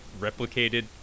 replicated